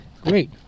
great